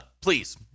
please